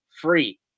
free